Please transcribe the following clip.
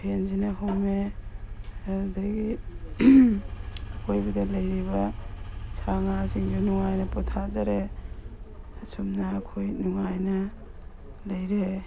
ꯐꯦꯟꯁꯤꯅ ꯍꯨꯝꯃꯦ ꯑꯗꯨꯗꯒꯤ ꯑꯀꯣꯏꯕꯗ ꯂꯩꯔꯤꯕ ꯁꯥ ꯉꯥꯁꯤꯡꯗ ꯅꯨꯡꯉꯥꯏꯅ ꯄꯣꯊꯥꯖꯔꯦ ꯑꯁꯨꯝꯅ ꯑꯩꯈꯣꯏ ꯅꯨꯡꯉꯥꯏꯅ ꯂꯩꯔꯦ